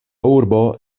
urbo